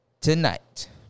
Tonight